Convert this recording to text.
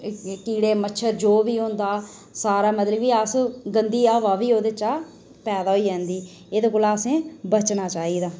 कीड़े मच्छर जो बी होंदा सारा मतलब अस गंदी ओह्दे चा हवा पैदा होई जंदी एह्दे कोला असें बचना चाहिदा